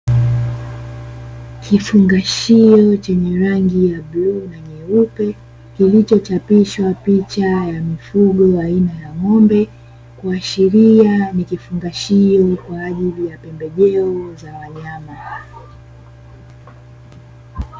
Kifungashio chenye rangi ya bluu na nyeupe, kilichochapishwa picha ya mfugo aina ya ng'ombe, kuashiria ni kifungashio kwa ajili ya pembejeo za wanyama.